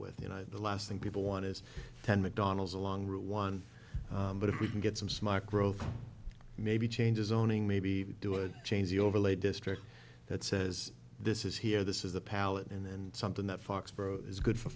with you know the last thing people want is ten mcdonald's along route one but if we can get some smart growth maybe changes owning maybe do it change the overlay district that says this is here this is the pallet and something that foxboro is good for